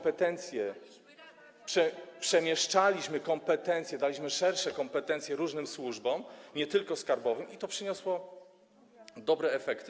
Przemieszczaliśmy kompetencje, daliśmy szersze kompetencje różnym służbom, nie tylko skarbowym, i to przyniosło dobre efekty.